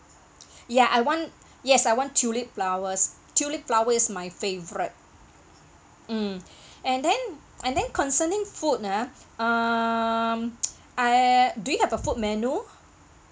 ya I want yes I want tulip flowers tulip flower is my favourite mm and then and then concerning food ah um err do you have a food menu